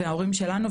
וההורים שלנו,